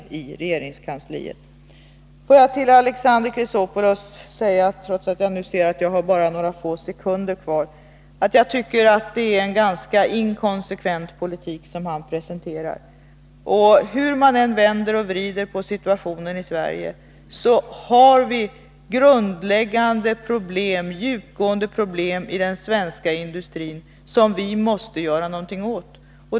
Får jag till sist säga till Alexander Chrisopoulos, trots att jag nu ser att jag bara har några få sekunder kvar av min talartid, att jag tycker att den politik han presenterar är ganska inkonsekvent. Hur man än vänder och vrider på situationen i Sverige, så måste man konstatera att vi har grundläggande, djupgående problem i den svenska industrin som vi måste göra någonting åt.